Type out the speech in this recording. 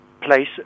place